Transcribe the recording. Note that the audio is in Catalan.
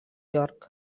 york